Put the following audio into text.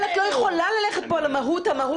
אבל את לא יכולה ללכת פה על המהות הגדולה.